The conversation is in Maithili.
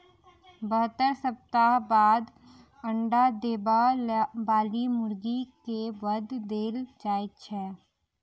बहत्तर सप्ताह बाद अंडा देबय बाली मुर्गी के वध देल जाइत छै